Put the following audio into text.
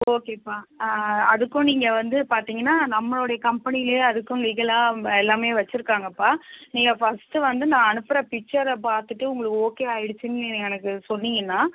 ஓகேப்பா அதுக்கும் நீங்கள் வந்து பார்த்தீங்கனா நம்மளுடைய கம்பெனிலியே அதுக்கும் லீகல்லாக எல்லாமே வச்சுருக்காங்கப்பா நீங்கள் ஃபர்ஸ்ட் வந்து நான் அனுப்புகிற பிக்ச்சரை பார்த்துட்டு உங்களுக்கு ஓகே ஆயிருச்சுன்னு நீங்கள் எனக்கு சொன்னிங்கனால்